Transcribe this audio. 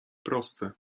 proste